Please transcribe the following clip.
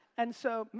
and so,